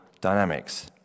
dynamics